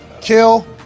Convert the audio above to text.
Kill